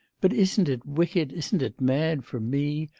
but isn't it wicked, isn't it mad for me,